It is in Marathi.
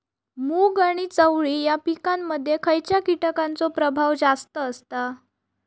मूग आणि चवळी या पिकांमध्ये खैयच्या कीटकांचो प्रभाव जास्त असता?